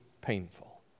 painful